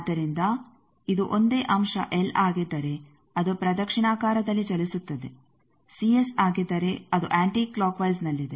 ಆದ್ದರಿಂದ ಇದು ಒಂದೇ ಅಂಶ ಎಲ್ ಆಗಿದ್ದರೆ ಅದು ಪ್ರದಕ್ಷಿಣಾಕಾರದಲ್ಲಿ ಚಲಿಸುತ್ತದೆ ಆಗಿದ್ದರೆ ಅದು ಆಂಟಿ ಕ್ಲಾಕ್ ವೈಸ್ನಲ್ಲಿದೆ